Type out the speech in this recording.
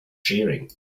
sharing